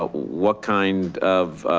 ah what kind of